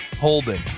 holding